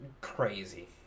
crazy